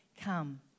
come